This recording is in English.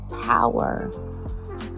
power